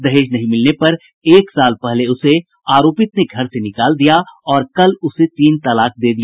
दहेज नहीं मिलने पर एक साल पहले उसे आरोपित ने घर से निकाल दिया और कल उसे तीन तलाक दे दिया